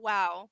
Wow